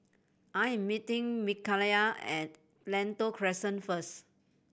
I am meeting Mikayla at Lentor Crescent first